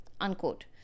Unquote